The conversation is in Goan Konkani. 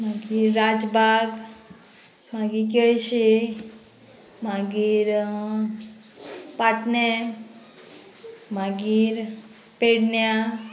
मागीर राजबाग केळशी मागीर पाटणे मागीर पेडण्यां